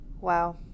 Wow